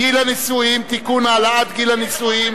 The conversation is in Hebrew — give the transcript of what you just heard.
גיל הנישואין (תיקון, העלאת גיל הנישואין),